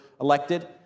elected